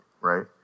right